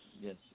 yes